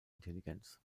intelligenz